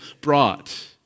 brought